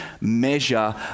measure